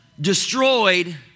destroyed